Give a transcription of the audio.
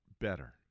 better